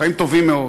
חיים טובים מאוד.